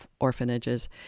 orphanages